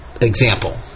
example